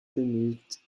bemüht